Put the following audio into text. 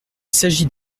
s’agit